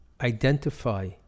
identify